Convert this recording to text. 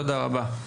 תודה רבה.